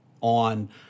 on